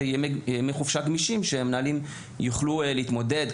ימי חופשה גמישים כדי שהמנהלים יוכלו להתמודד אתם,